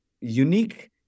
unique